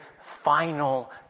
final